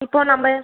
இப்போது நம்ம